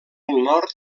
nord